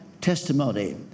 testimony